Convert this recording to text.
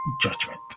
judgment